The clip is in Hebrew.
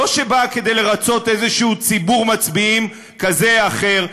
לא שבאה כדי לרצות איזה ציבור מצביעים כזה או אחר,